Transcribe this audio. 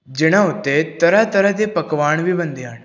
ਜਿੰਨਾਂ ਉੱਤੇ ਤਰ੍ਹਾਂ ਤਰ੍ਹਾਂ ਦੇ ਪਕਵਾਨ ਵੀ ਬਣਦੇ ਹਨ